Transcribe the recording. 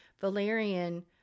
Valerian